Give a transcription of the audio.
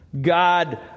God